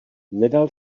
nedal